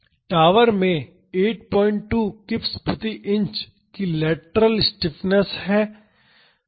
tower में 82 kips प्रति inch की लेटरल स्टिफनेस है